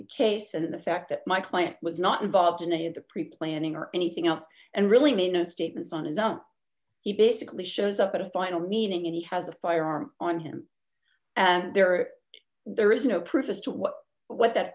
the case and the fact that my client was not involved in any of the pre planning or anything else and really made no statements on his own he basically shows up at a final meeting if he has a firearm on him and there are there is no proof as to what what that